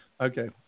Okay